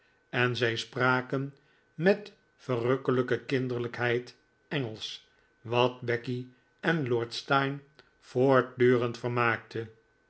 en zij spraken met verrukkelijke kinderlijkheid engelsch wat becky en lord steyne voortdurend vermaakte